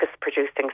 producing